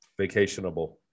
vacationable